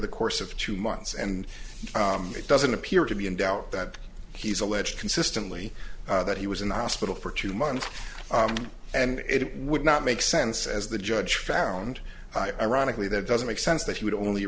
the course of two months and it doesn't appear to be in doubt that he's alleged consistently that he was in the hospital for two months and it would not make sense as the judge found ironically that doesn't make sense that he would only